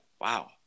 Wow